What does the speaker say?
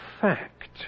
fact